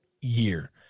year